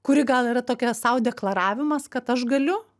kuri gal yra tokia sau deklaravimas kad aš galiu